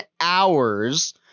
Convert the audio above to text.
hours –